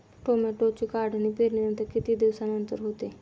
टोमॅटोची काढणी पेरणीनंतर किती दिवसांनंतर होते?